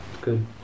good